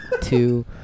two